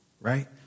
right